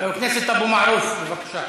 חבר הכנסת אבו מערוף, בבקשה.